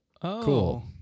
cool